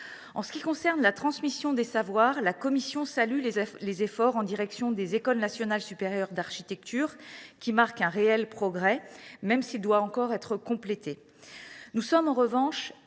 En ce qui concerne la transmission des savoirs, la commission salue les efforts consentis pour les écoles nationales supérieures d’architecture ; cela traduit un réel progrès, même si celui ci doit être complété. Nous sommes en revanche